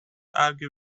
argue